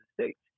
States